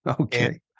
Okay